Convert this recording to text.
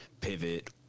pivot